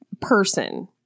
person